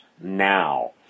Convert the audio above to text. now